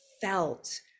felt